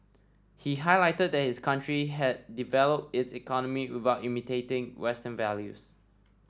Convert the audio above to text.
he highlighted that his country had developed its economy without imitating western values